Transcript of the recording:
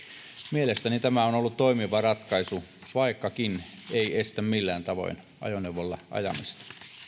mielestäni tämä on on ollut toimiva ratkaisu vaikkakaan ei estä millään tavoin ajoneuvolla ajamista